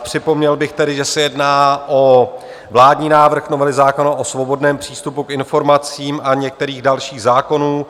Připomněl bych tedy, že se jedná o vládní návrh novely zákona o svobodném přístupu k informacím a některých dalších zákonů.